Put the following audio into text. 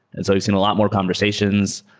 and so we've seen a lot more conversations,